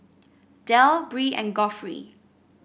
Del Bree and Geoffrey